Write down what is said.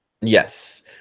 yes